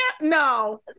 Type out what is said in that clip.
No